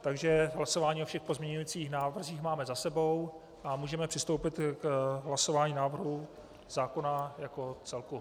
Takže hlasování o všech pozměňujících návrzích máme za sebou a můžeme přistoupit k hlasování o návrhu zákona jako celku.